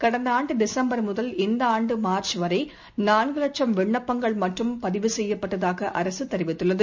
கடந்தஆண்டுடிசம்பர் முதல் இந்தஆண்டுமார்சுவரைநான்குலட்சம் விண்ணப்பங்கள் மட்டுமேபதிவு செய்யப்பட்டதாகஅரசுதெரிவித்துள்ளது